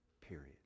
period